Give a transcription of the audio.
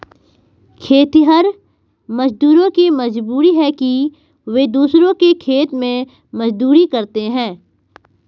खेतिहर मजदूरों की मजबूरी है कि वे दूसरों के खेत में मजदूरी करते हैं